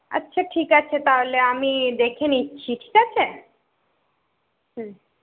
আচ্ছা ঠিক আছে তাহলে আমি দেখে নিচ্ছি ঠিক আছে হুম